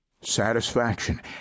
satisfaction